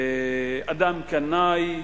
אדם קנאי,